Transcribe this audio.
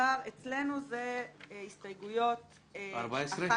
הסתייגויות 11